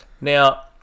Now